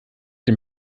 dem